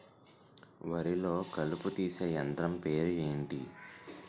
వరి లొ కలుపు తీసే యంత్రం పేరు ఎంటి?